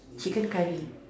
chicken curry